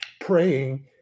praying